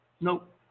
Nope